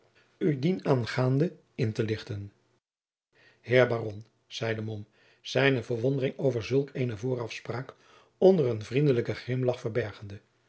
u dienaangaande nader in te lichten heer baron zeide mom zijne verwondering over zulk eene voorafspraak onder een vriendelijken grimlagch verbergende